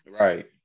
Right